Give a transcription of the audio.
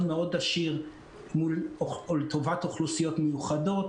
מאוד עשיר לטובת אוכלוסיות מיוחדות,